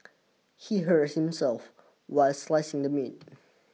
he hurt himself while slicing the meat